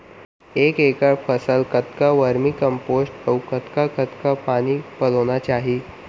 एक एकड़ फसल कतका वर्मीकम्पोस्ट अऊ कतका कतका पानी पलोना चाही?